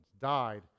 died